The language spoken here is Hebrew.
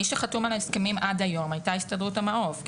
מי שחתום על ההסכמים עד היום היתה הסתדרות המעוף.